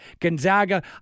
Gonzaga